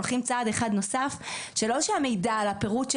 הולכים צעד אחד נוסף שלא שהמידע על הפירוט של